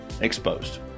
exposed